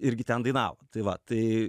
irgi ten dainavo tai va tai